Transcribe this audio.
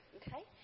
okay